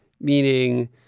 Meaning